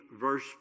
verse